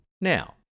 Now